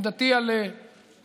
עמדתי על תוכנית